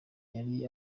yari